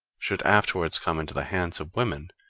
should afterwards come into the hands of women,